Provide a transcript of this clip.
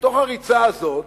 שבתוך הריצה הזאת